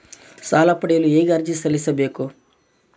ಸಾಲ ಪಡೆಯಲು ಹೇಗೆ ಅರ್ಜಿ ಸಲ್ಲಿಸಬೇಕು?